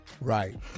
right